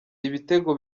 ibitego